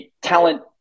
talent